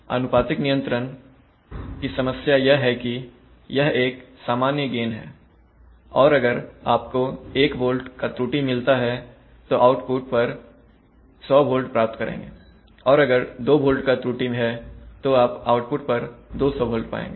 अनुपातिक नियंत्रण की समस्या यह है कि यह एक सामान्य गेन है और अगर आपको 1 volt का त्रुटि मिलता है तो आप आउटपुट पर 100 volt प्राप्त करेंगे और अगर त्रुटि 2 volt है तो आप आउटपुट पर 200 volt पाएंगे